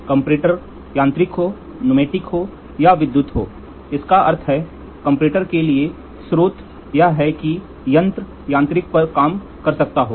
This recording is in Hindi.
कंपैरेटर यांत्रिक हो न्यूमेटिक हो यह विद्युत हो इसका अर्थ है कंपैरेटर के लिए स्रोत यह है कि यंत्र यांत्रिक पर काम कर सकता हो